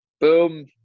boom